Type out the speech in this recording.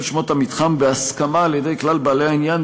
שמות המתחם בהסכמה על-ידי כלל בעלי העניין,